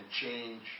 change